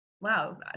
wow